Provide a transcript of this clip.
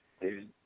Dude